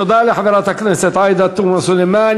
תודה לחברת הכנסת עאידה תומא סלימאן.